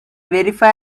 verify